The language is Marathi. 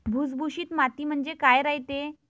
भुसभुशीत माती म्हणजे काय रायते?